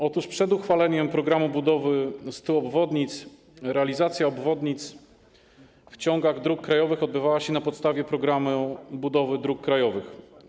Otóż przed uchwaleniem programu budowy 100 obwodnic realizacja obwodnic w ciągach dróg krajowych odbywała się na podstawie programu budowy dróg krajowych.